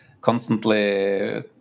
constantly